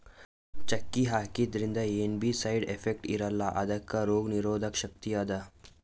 ಚಕ್ಕಿ ಹಾಕಿದ್ರಿಂದ ಏನ್ ಬೀ ಸೈಡ್ ಎಫೆಕ್ಟ್ಸ್ ಇರಲ್ಲಾ ಇದಕ್ಕ್ ರೋಗ್ ನಿರೋಧಕ್ ಶಕ್ತಿ ಅದಾ